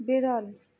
বেড়াল